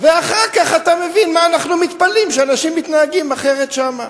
ואחר כך אתה מבין: מה אנחנו מתפלאים שאנשים מתנהגים אחרת שם.